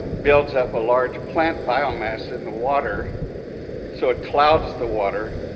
builds up a large plant biomass in the water so it clouds the water,